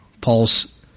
Paul's